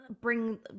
Bring